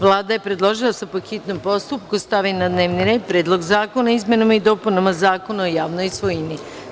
Vlada je predložila da se po hitnom postupku stavi na dnevni red – Predlog zakona o izmenama i dopunama Zakona o javnoj svojini.